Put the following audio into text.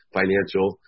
financial